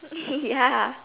ya